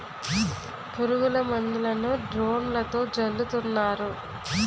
పురుగుల మందులను డ్రోన్లతో జల్లుతున్నారు